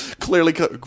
Clearly